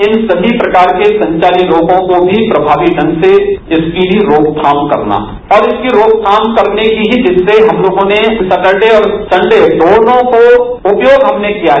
इन सभी प्रकार के संचारी रोगों को भी प्रभावी ढंग से इसकी भी रोकथाम करना और इसकी रोकथाम करने की ही जिससे हम लोगों ने सटरडे और सन्डे दोनों का उपयोग हमने किया है